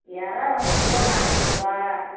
இறா வந்து கிலோ நானூறுபா